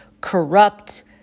corrupt